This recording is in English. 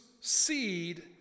seed